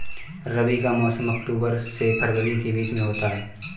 रबी का मौसम अक्टूबर से फरवरी के बीच में होता है